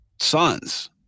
sons